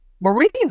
Marines